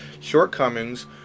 shortcomings